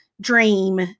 dream